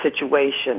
situation